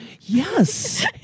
Yes